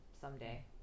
someday